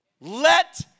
let